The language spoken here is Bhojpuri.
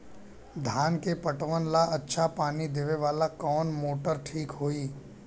धान के पटवन ला अच्छा पानी देवे वाला कवन मोटर ठीक होई?